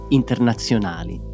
internazionali